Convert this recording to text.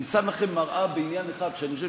אני שם לכם מראה בעניין אחד שאני חושב